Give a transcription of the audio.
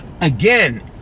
again